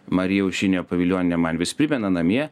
marija aušrinė pavilionienė man vis primena namie